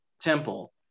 temple